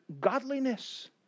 godliness